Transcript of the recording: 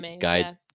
Guide